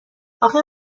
اخه